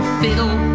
fiddle